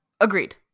Agreed